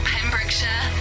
Pembrokeshire